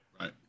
right